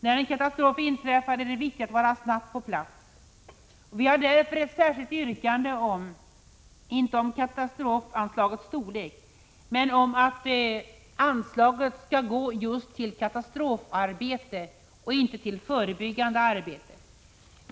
När en katastrof inträffar är det viktigt att vara snabbt på plats. Vi har inget särskilt yrkande om katastrofanslagets storlek men väl om att anslaget skall gå till katastrofarbete och inte till förebyggande arbete.